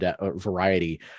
variety